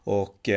och